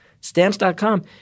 stamps.com